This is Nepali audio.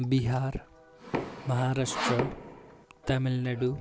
बिहार महाराष्ट्र तामिलनाडू